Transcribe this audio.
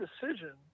decision